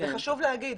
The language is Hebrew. וחשוב להגיד,